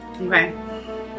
Okay